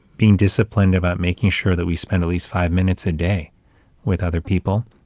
being disciplined about making sure that we spend at least five minutes a day with other people,